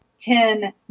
ten